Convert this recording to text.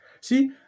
see